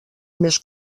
més